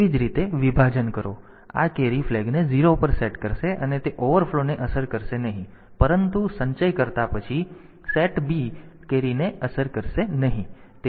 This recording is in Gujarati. તેવી જ રીતે વિભાજન કરો આ કેરી ફ્લેગને 0 પર સેટ કરશે અને તે ઓવરફ્લોને અસર કરશે નહીં પરંતુ સંચયકર્તા પછી SETB કેરીને અસર કરશે નહીં